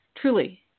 truly